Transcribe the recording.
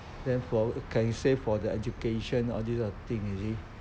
then for can save for the education all this kind of thing you see